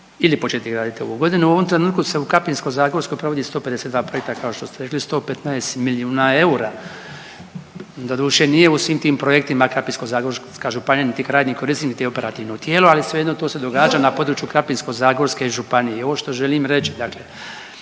ili početi graditi ovu godinu. U ovom trenutku se u Krapinsko-zagorskoj provodi 152 projekta kako što ste rekli 115 milijuna eura. Doduše nije u svim tim projektima Krapinsko-zagorska županija niti krajnji korisnik niti operativno tijelo, ali svejedno to se događa na području Krapinsko-zagorske županije. I ovo što želim reći dakle